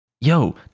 Yo